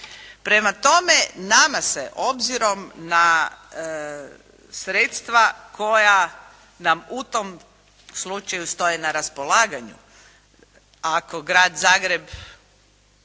Prema tome, nama se obzirom na sredstva koja nam u tom slučaju stoje na raspolaganju ako grad Zagreb